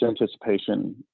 anticipation